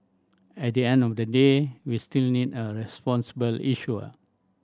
at the end of the day we still need a responsible issuer